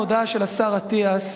ההודעה של השר אטיאס,